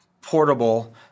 portable